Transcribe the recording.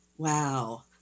Wow